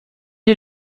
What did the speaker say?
est